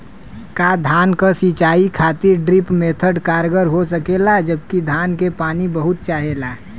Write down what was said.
का धान क सिंचाई खातिर ड्रिप मेथड कारगर हो सकेला जबकि धान के पानी बहुत चाहेला?